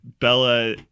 Bella